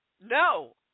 no